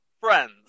Friends